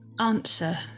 answer